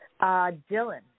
Dylan